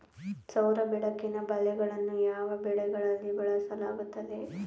ಸೌರ ಬೆಳಕಿನ ಬಲೆಗಳನ್ನು ಯಾವ ಬೆಳೆಗಳಲ್ಲಿ ಬಳಸಲಾಗುತ್ತದೆ?